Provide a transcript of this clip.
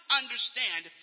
understand